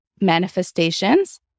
manifestations